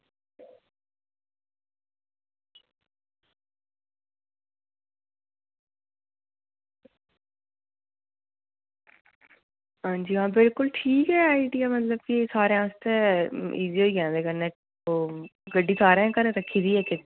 हां जी हां बिलकुल ठीक ऐ आइडिया मतलब कि सारें आस्तै ईजी होई जाना एह्दे कन्नै ओह् गड्डी सारें घरें रक्खी दी इक इक